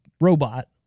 robot